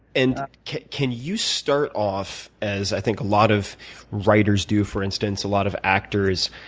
and can can you start off, as i think a lot of writers do for instance, a lot of actors,